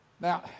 Now